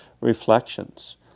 reflections